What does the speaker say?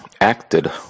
acted